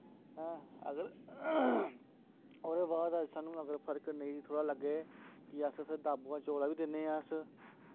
हैं अगर ओह्दे बाद साह्नू अगर फर्क नेईं थोह्ड़ा लग्गै कि फिर दाबमां चौल बी दिन्ने आं अस